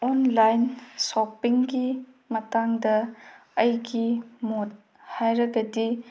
online ꯁꯣꯞꯄꯤꯡꯒꯤ ꯃꯇꯥꯡꯗ ꯑꯩꯒꯤ ꯃꯣꯠ ꯍꯥꯏꯔꯒꯗꯤ